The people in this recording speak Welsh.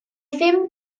ddim